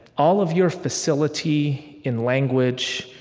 all of your facility in language,